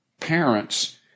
parents